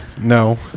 No